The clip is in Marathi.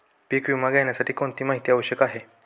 पीक विमा घेण्यासाठी कोणती माहिती आवश्यक आहे?